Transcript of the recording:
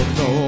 no